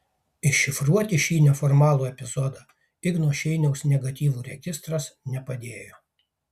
iššifruoti šį neformalų epizodą igno šeiniaus negatyvų registras nepadėjo